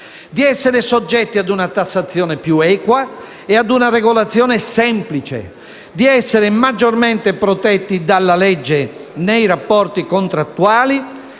di essere soggetti ad una tassazione più equa e ad una regolazione semplice, di essere maggiormente protetti dalla legge nei rapporti contrattuali,